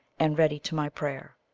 and ready to my prayer.